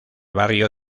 barrio